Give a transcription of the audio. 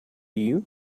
you